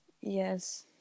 Yes